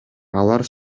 алар